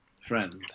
friend